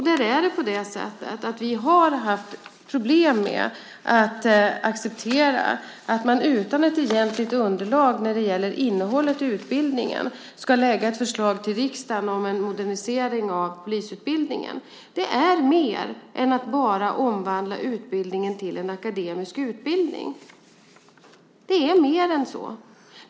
Där är det på det sättet att vi har haft problem med att acceptera att man utan ett egentligt underlag när det gäller innehållet i utbildningen ska lägga fram ett förslag till riksdagen om en modernisering av polisutbildningen. Det är mer än att bara omvandla utbildningen till en akademisk utbildning. Det är mer än så.